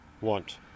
want